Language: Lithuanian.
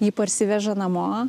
jį parsiveža namo